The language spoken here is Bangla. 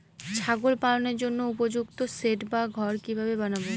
ছাগল পালনের জন্য উপযুক্ত সেড বা ঘর কিভাবে বানাবো?